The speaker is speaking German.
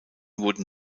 wurden